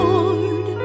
Lord